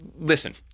listen